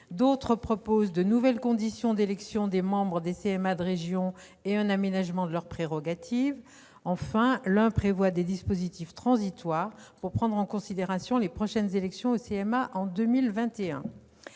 encore proposent de nouvelles conditions d'élection des membres des CMA de région et un aménagement de leurs prérogatives. Enfin, un sous-amendement prévoit des dispositifs transitoires pour prendre en considération les prochaines élections des CMA, qui